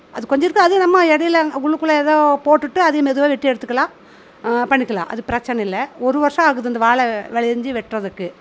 அது கொஞ்சம் இருக்கும் அதையும் நம்ம இடையில உள்ளுக்குள்ளே ஏதோ போட்டுகிட்டு அதையும் மெதுவாக வெட்டி எடுத்துக்கலாம் பண்ணிக்கலாம் அது பிரச்சனை இல்லை ஒரு வருஷம் ஆகுது இந்த வாழை வெளைஞ்சி வெட்டுறதுக்கு